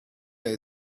know